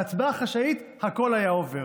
בהצבעה חשאית הכול היה עובר.